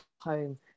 home